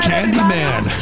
Candyman